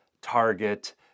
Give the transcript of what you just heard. Target